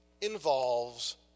involves